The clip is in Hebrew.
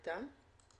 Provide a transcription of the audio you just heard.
הערה אחת קטנה.